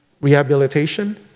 rehabilitation